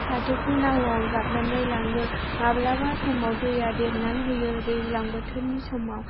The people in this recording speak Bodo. फाथोखौ नावआव जाबनानै लाङो माब्लाबा समाव दैया देरनानै होयो दैज्लां बोथोरनि समाव